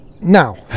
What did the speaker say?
now